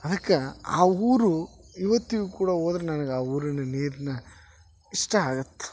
ಅದಕ್ಕೆ ಆ ಊರು ಇವತ್ತಿಗು ಕೂಡ ಹೋದ್ರ್ ನನ್ಗೆ ಆ ಊರಿನ ನೀರನ್ನ ಇಷ್ಟ ಆಗತ್ತೆ